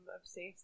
obsessed